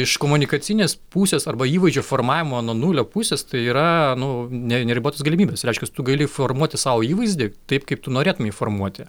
iš komunikacinės pusės arba įvaizdžio formavimo nuo nulio pusės tai yra nu ne neribotos galimybės reiškias tu gali formuoti savo įvaizdį taip kaip tu norėtum jį formuoti